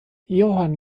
johann